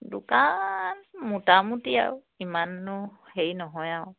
দোকান মোটামুটি আৰু ইমাননো হেৰি নহয় আৰু